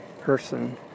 person